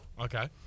Okay